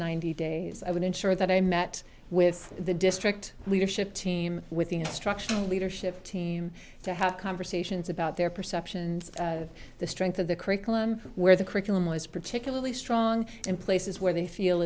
ninety days i would ensure that i met with the district leadership team with the instruction leadership team to have conversations about their perceptions of the strength of the curriculum where the curriculum was particularly strong in places where they feel